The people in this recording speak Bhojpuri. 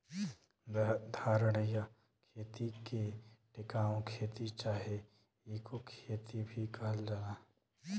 धारणीय खेती के टिकाऊ खेती चाहे इको खेती भी कहल जाला